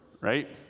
Right